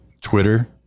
Twitter